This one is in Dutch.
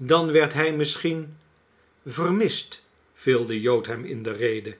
dan werd hij misschien vermist viel de jood hem in de rede